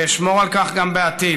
ואשמור על כך גם בעתיד.